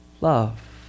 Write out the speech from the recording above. love